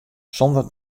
sonder